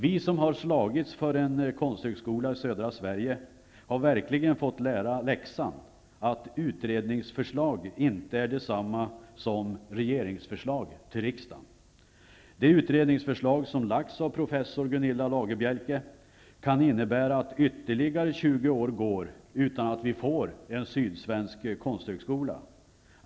Vi som slagits för en konsthögskola i Södra Sverige har verkligen fått lära läxan att utredningsförslag inte är detsamma som regeringsförslag till riksdagen. Gunilla Lagerbielke kan innebära att ytterligare 20 år går utan att vi får en sydsvensk konsthögskola.